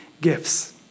gifts